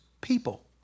people